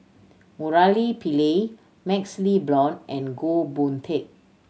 Murali Pillai MaxLe Blond and Goh Boon Teck